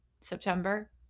September